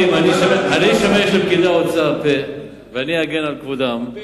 אני אשמש לפקידי האוצר פה ואגן על כבודם.